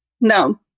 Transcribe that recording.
no